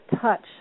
touch